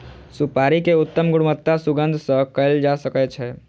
सुपाड़ी के उत्तम गुणवत्ता सुगंध सॅ कयल जा सकै छै